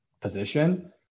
position